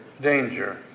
danger